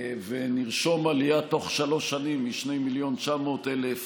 ונרשום עלייה בתוך שלוש שנים מ-2.9 מיליון